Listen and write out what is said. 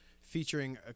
featuring